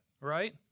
right